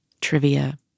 trivia